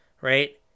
right